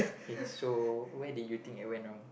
okay so where did you think it went wrong